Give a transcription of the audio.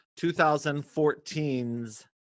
2014's